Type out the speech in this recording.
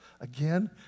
again